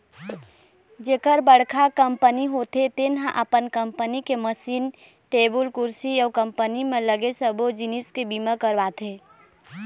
जेखर बड़का कंपनी होथे तेन ह अपन कंपनी के मसीन, टेबुल कुरसी अउ कंपनी म लगे सबो जिनिस के बीमा करवाथे